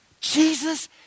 Jesus